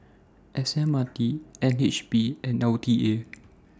S M R T N H B and L T A